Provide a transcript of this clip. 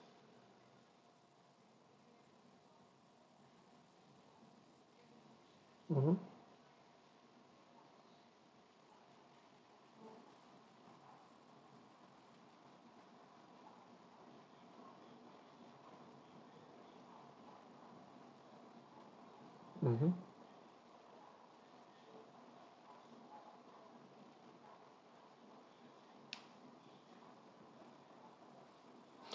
mmhmm mmhmm